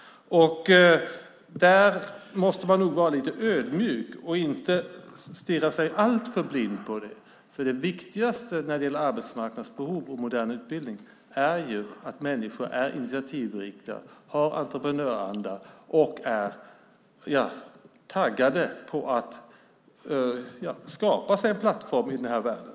Man måste nog vara lite ödmjuk och inte stirra sig alltför blind på det, för det viktigaste när det gäller arbetsmarknadsbehov och modern utbildning är ju att människor är initiativrika, har entreprenöranda och är taggade när det gäller att skapa sig en plattform i den här världen.